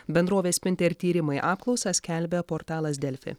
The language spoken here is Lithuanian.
bendrovės spinter tyrimai apklausą skelbia portalas delfi